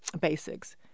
basics